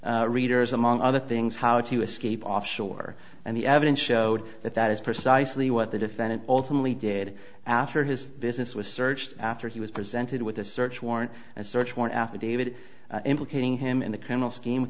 teach readers among other things how to escape offshore and the evidence showed that that is precisely what the defendant ultimately did after his business was searched after he was presented with a search warrant and search warrant affidavit implicating him in a criminal scheme